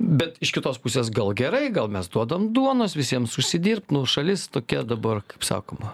bet iš kitos pusės gal gerai gal mes duodam duonos visiems užsidirbt nu šalis tokia dabar kaip sakoma